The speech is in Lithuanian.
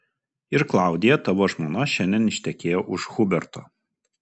ir klaudija tavo žmona šiandien ištekėjo už huberto